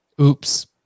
Oops